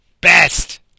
best